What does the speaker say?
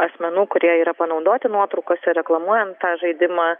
asmenų kurie yra panaudoti nuotraukose reklamuojant tą žaidimą